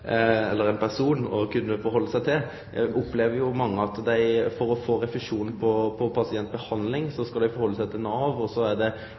eller éin person å vende seg til, men for å få refusjon på pasientbehandling skal ein vende seg til Nav, og så er det